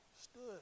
stood